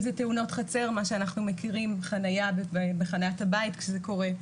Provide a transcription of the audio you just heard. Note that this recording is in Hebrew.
אם זה תאונות חצר מה שאנחנו מכירים בחניית הבית כשזה קורה,